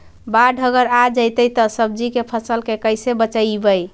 बाढ़ अगर आ जैतै त सब्जी के फ़सल के कैसे बचइबै?